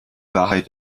wahrheit